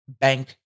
bank